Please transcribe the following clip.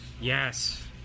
Yes